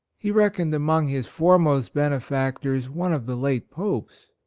he reckoned among his foremost benefactors one of the late popes.